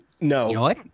No